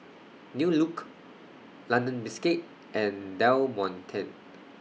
New Look London Biscuits and Del Monte